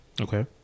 Okay